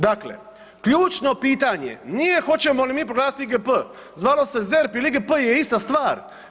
Dakle, ključno pitanje je nije hoćemo li mi proglasiti IGP, zvalo se ZERP ili IGP je ista stvar.